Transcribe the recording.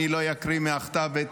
אני לא אקריא מהכתב.